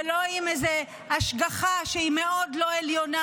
ולא עם זה איזו השגחה שהיא מאוד לא עליונה,